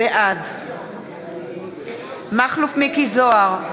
בעד מכלוף מיקי זוהר,